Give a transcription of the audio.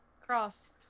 Cross